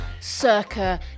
circa